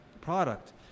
product